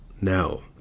now